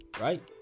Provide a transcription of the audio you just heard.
right